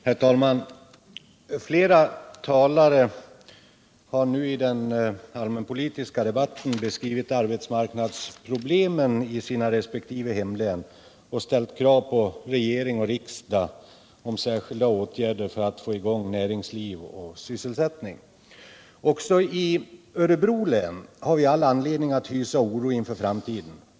Herr talman! Flera talare har nu i den allmänpolitiska debatten beskrivit arbetsmarknadsproblemen i sina respektive hemlän och ställt krav på regering och riksdag om särskilda åtgärder för att få i gång näringsliv och sysselsättning. Också i Örebro län har vi all anledning att hysa oro inför framtiden.